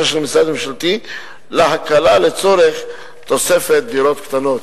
של משרד ממשלתי להקלה לצורך תוספת דירות קטנות.